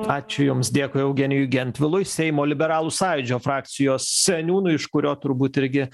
ačiū jums dėkui eugenijui gentvilui seimo liberalų sąjūdžio frakcijos seniūnui iš kurio turbūt irgi